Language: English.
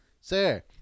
sir